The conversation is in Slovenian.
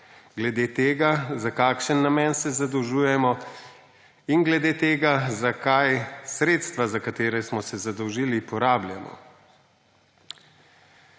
glede tega, za kakšen namen se zadolžujemo, in glede tega, za kaj sredstva, za katera smo se zadolžili, porabljamo.